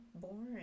boring